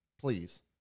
Please